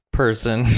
person